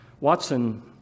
watson